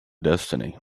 destiny